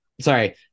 sorry